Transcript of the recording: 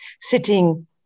sitting